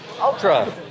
Ultra